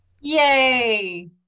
Yay